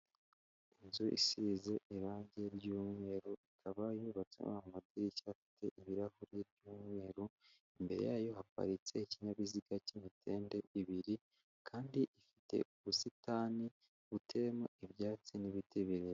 Inzu isize irangi ry'umweru ikaba yubatsemo amadirishya afite ibirahure by'umweru, imbere yayo haparitse ikinyabiziga k'imitende ibiri, kandi ifite ubusitani butemo ibyatsi n'ibiti birebire.